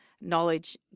knowledge